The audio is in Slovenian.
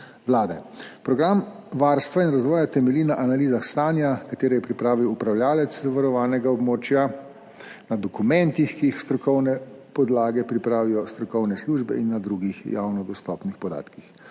Vlade. Program varstva in razvoja temelji na analizah stanja, ki jih je pripravil upravljavec zavarovanega območja, na dokumentih, za katere strokovne podlage pripravijo strokovne službe, in na drugih javno dostopnih podatkih.